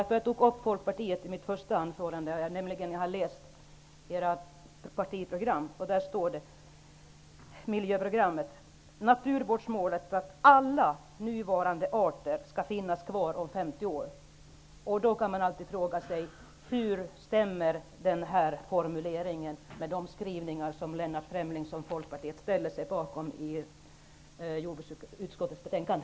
Att jag berörde Folkpartiet i mitt första anförande beror på att jag har läst Folkpartiets miljöprogram, där det beträffande naturvårdsmålet anförs att alla nuvarande arter skall finnas kvar om 50 år. Man kan fråga sig hur denna formulering stämmer med de skrivningar som Lennart Fremling som folkpartist ställer sig bakom i jordbruksutskottets betänkande.